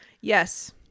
Yes